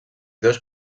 dos